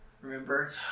Remember